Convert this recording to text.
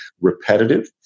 repetitive